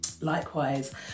Likewise